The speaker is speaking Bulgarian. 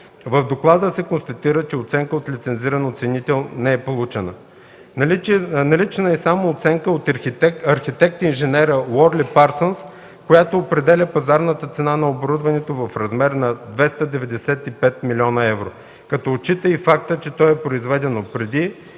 В доклада се констатира, че оценка от лицензиран оценител не е получена. Налична е само оценка от архитект-инженера Уорли Парсънс, която определя пазарната цена на оборудването в размер на 295 млн. евро, като отчита и фактора, че то е произведено преди